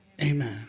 Amen